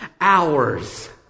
hours